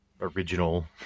original